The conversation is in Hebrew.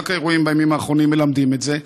ורק האירועים בימים האחרונים מלמדים את זה.